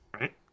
Right